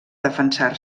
defensar